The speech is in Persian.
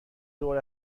دور